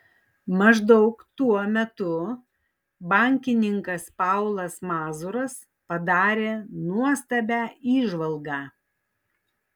maždaug tuo metu bankininkas paulas mazuras padarė nuostabią įžvalgą